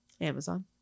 Amazon